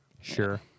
Sure